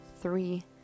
three